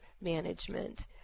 management